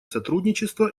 сотрудничество